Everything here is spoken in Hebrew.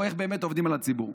או איך באמת עובדים על הציבור.